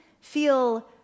feel